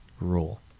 rule